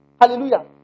Hallelujah